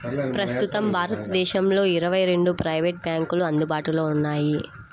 ప్రస్తుతం భారతదేశంలో ఇరవై రెండు ప్రైవేట్ బ్యాంకులు అందుబాటులో ఉన్నాయి